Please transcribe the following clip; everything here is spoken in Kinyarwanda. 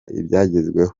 ibyagezweho